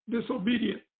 disobedient